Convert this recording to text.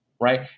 right